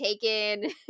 taken